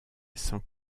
sans